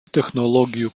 technologijų